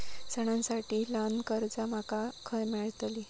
सणांसाठी ल्हान कर्जा माका खय मेळतली?